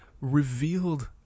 revealed